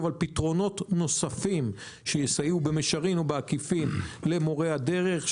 על פתרונות נוספים שיסייעו במישרין ובעקיפין למורי הדרך.